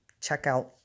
checkout